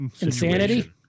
insanity